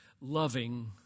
loving